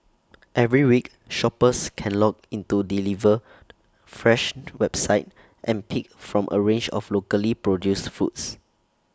every week shoppers can log into deliver fresh website and pick from A range of locally produced foods